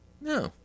No